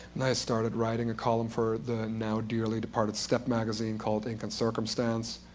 and i started writing a column for the now dearly departed step magazine called ink and circumstance,